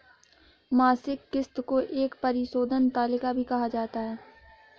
मासिक किस्त को एक परिशोधन तालिका भी कहा जाता है